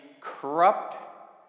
corrupt